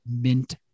mint